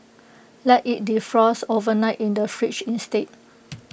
let IT defrost overnight in the fridge instead